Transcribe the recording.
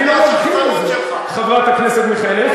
אני לא מבחין בזה, חברת הכנסת מיכאלי.